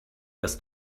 dass